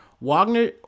Wagner